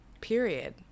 period